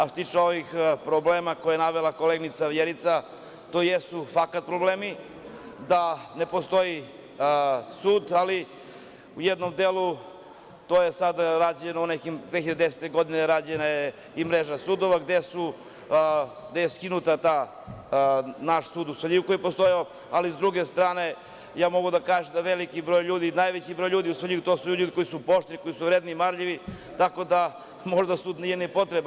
Što se tiče ovih problema koje je navela koleginica Vjerica, to jesu fakat problemi da ne postoji sud, ali u jednom delu to je rađeno 2010. godine, rađena je i mreža sudova gde je skinuta ta, naš sud u Svrljigu koji je postojao, ali sa druge strane ja mogu da kažem da veliki broj ljudi i najveći broj ljudi u Svrljigu to su ljudi koji su pošteni, koji su vredni, marljivi, tako da možda sud nije ni potreban.